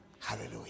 Hallelujah